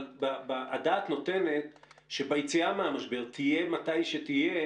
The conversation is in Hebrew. הדעת נותנת שביציאה מהמשבר תהיה מתי שתהיה